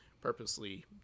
Purposely